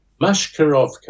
Mashkarovka